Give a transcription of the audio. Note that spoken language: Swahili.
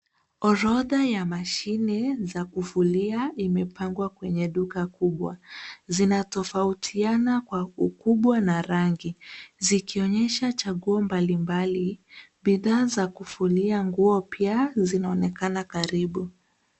Orodha ya mashine za kufulia imepangwa kwenye duka kubwa, zinatofautiana kwa ukubwa na rangi, zikionyesha chaguo mbalimbali. Bidhaa za kufulia nguo pia zinaonekana karibu.